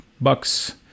Bucks